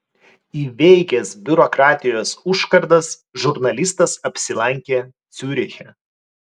įveikęs biurokratijos užkardas žurnalistas apsilankė ciuriche